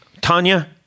Tanya